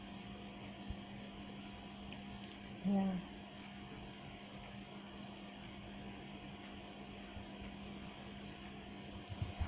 um